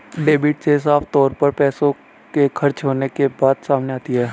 debit से साफ तौर पर पैसों के खर्च होने के बात सामने आती है